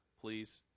please